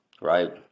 Right